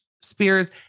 Spears